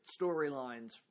storylines